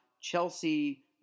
Chelsea